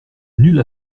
nulle